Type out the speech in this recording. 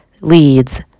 leads